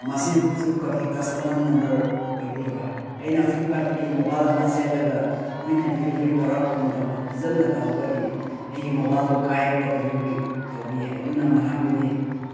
ꯃꯁꯤ ꯐ꯭ꯂꯤꯞꯀꯥꯔꯠꯀꯤ customer number ꯑꯣꯏꯕꯤꯔꯕ ꯑꯩꯅ ꯐ꯭ꯂꯤꯞꯀꯥꯔꯠꯇꯒꯤ ꯃꯣꯕꯥꯏꯜ ꯑꯃ ꯆꯦꯜꯂꯒ ꯃꯣꯏꯅ ꯗꯤꯂꯤꯚꯔꯤ ꯇꯧꯔꯛꯄ ꯃꯇꯝꯗ ꯐꯖꯅ ꯇꯧꯗꯕꯒꯤ ꯑꯩꯒꯤ ꯃꯣꯕꯥꯏꯜꯗꯨ ꯀꯥꯏꯔꯒ ꯗꯤꯂꯤꯚꯔꯤ ꯇꯧꯕꯤ ꯑꯗꯨꯅ ꯃꯊꯪꯗꯗꯤ